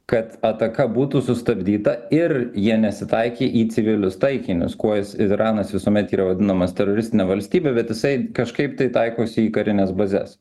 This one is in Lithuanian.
kad ataka būtų sustabdyta ir jie nesitaikė į civilius taikinius kuo jis izranas visuomet yra vadinamas teroristine valstybe bet jisai kažkaip tai taikosi į karines bazes